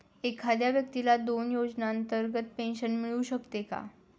एखाद्या व्यक्तीला दोन योजनांतर्गत पेन्शन मिळू शकते का?